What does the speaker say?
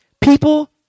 People